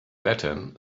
latin